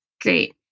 Great